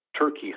turkey